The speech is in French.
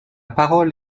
parole